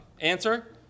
Answer